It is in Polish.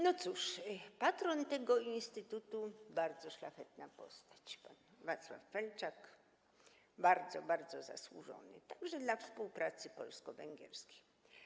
No cóż, patron tego instytutu to bardzo szlachetna postać, bo Wacław Felczak jest bardzo, bardzo zasłużony także dla współpracy polsko-węgierskiej.